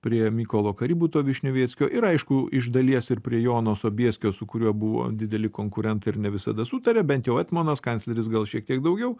prie mykolo kaributo višnioveckio ir aišku iš dalies ir prie jono sobieskio su kuriuo buvo dideli konkurentai ir ne visada sutarė bent jau etmonas kancleris gal šiek tiek daugiau